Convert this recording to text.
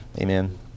amen